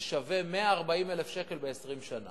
זה שווה 140,000 שקלים ב-20 שנה.